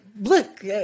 look